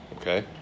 Okay